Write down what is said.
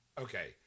Okay